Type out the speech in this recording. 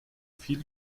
viel